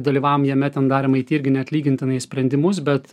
dalyvavom jame ten darėm aity irgi neatlygintinai sprendimus bet